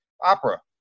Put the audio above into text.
opera